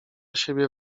siebie